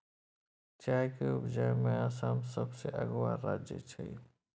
चाय के उपजा में आसाम सबसे अगुआ राज्य छइ